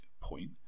point